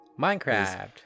Minecraft